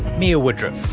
mia woodruff.